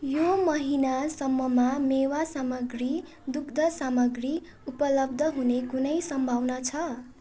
यो महिनासम्ममा मेवा सामग्री दुग्ध सामग्री उपलब्ध हुने कुनै सम्भावना छ